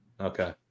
Okay